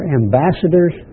ambassadors